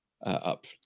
up